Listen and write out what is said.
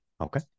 Okay